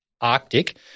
Arctic